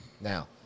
now